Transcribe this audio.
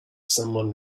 someone